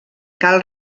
cal